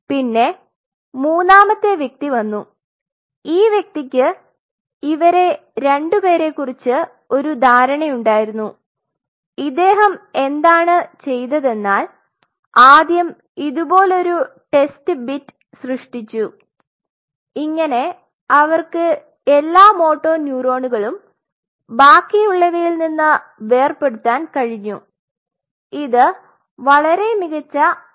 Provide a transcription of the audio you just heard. പിന്നെ മൂന്നാമത്തെ വ്യക്തി വന്നു ഈ വ്യക്തിക് ഇവരെ രണ്ടുപേരെക്കുറിച്ച് ഒരു ധാരണയുണ്ടായിരുന്നു ഇദ്ദേഹം എന്താണ് ചെയ്തതെന്നാൽ ആദ്യം ഇതുപോലൊരു ടെസ്റ്റ് ബിറ്റ് സൃഷ്ടിച്ചു ഇങ്ങനെ അവർക്ക് എല്ലാ മോട്ടോർ ന്യൂറോണുകളും ബാക്കിയുള്ളവയിൽ നിന്ന് വേർപെടുത്താൻ കഴിഞ്ഞു ഇത് വളരെ മികച്ച സാങ്കേതികതയിരുന്നു